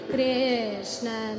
Krishna